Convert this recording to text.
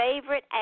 favorite